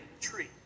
tree